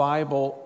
Bible